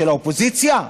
של האופוזיציה?